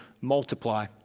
multiply